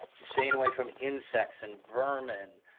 staying away from insects and vermin,